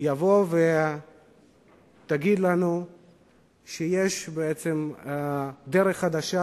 תבוא ותגיד לנו שיש בעצם דרך חדשה,